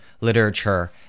literature